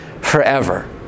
forever